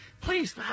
please